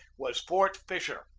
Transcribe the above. was fort fisher,